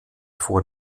vor